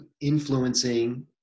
influencing